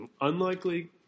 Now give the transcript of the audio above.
unlikely